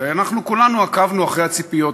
ואנחנו כולנו עקבנו אחרי הציפיות.